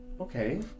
okay